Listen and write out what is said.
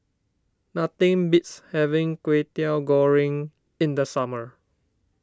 nothing beats having Kwetiau Goreng in the summer